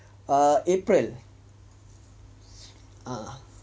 ah april ah